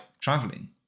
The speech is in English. traveling